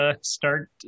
start